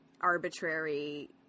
arbitrary